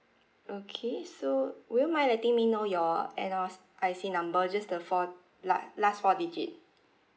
okay so would you mind letting me know your N_R_I_C number just the four last last four digit